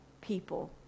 people